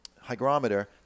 hygrometer